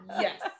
Yes